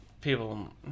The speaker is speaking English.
People